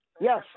Yes